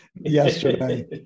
yesterday